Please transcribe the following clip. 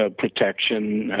ah protection, and